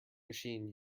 machine